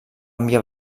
enviar